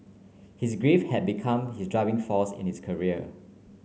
his grief have become his driving force in his career